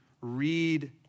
read